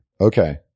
Okay